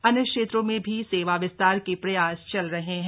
अन्य क्षेत्रों में भी सेवा विस्तार के प्रयास चल रहे हैं